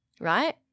right